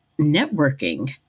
networking